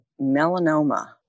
melanoma